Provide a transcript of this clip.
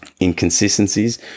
Inconsistencies